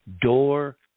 door